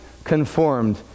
conformed